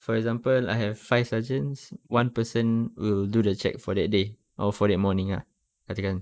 for example I have five sergeants one person will do the check for that day or for that morning ah katakan